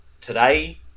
Today